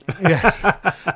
yes